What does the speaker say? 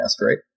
right